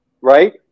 Right